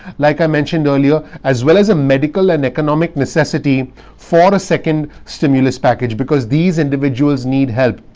like i mentioned earlier, as well as a medical and economic necessity for a second stimulus package, because these individuals need help,